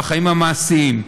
בחיים המעשיים.